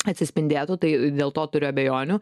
atsispindėtų tai dėl to turiu abejonių